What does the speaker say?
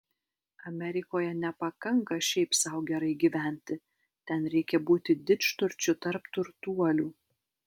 amerikoje nepakanka šiaip sau gerai gyventi ten reikia būti didžturčiu tarp turtuolių